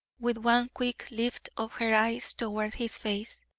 with one quick lift of her eyes toward his face,